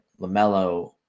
Lamelo